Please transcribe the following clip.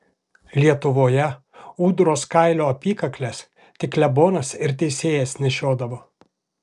lietuvoje ūdros kailio apykakles tik klebonas ir teisėjas nešiodavo